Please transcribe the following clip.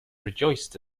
rejoiced